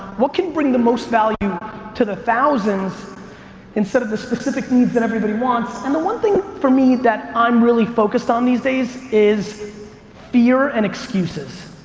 what can bring the most value to the thousands instead of the specific needs that everybody wants? and the one thing for me that i'm really focused on these days is fear and excuses,